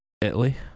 Italy